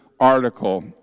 article